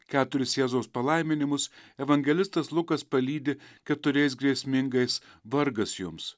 keturis jėzaus palaiminimus evangelistas lukas palydi keturiais grėsmingais vargas jums